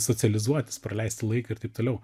socializuotis praleisti laiką ir taip toliau